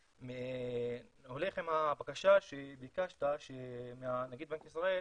הולך עם הבקשה שביקשת מנגיד בנק ישראל,